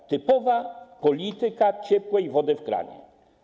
To typowa polityka ciepłej wody w kranie.